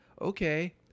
okay